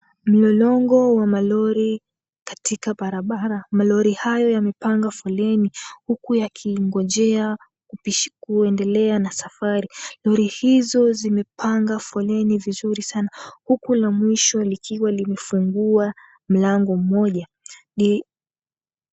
Mlolongo wa malori katika barabara, malori hayo yamepanga foleni huku yakingojea kuendelea na safari, lori hizo zimepanga foleni vizuri sana huku la mwisho likiwa limefungua mlango mmoja.